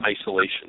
isolation